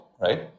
Right